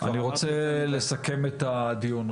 אני רוצה לסכם את הדיון.